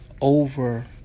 over